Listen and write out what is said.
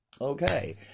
okay